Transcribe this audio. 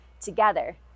together